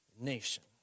nation